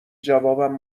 جوابم